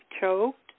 choked